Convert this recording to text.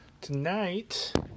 Tonight